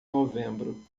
novembro